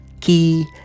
key